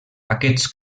aquests